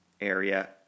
area